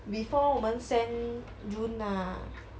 before 我们 send june ah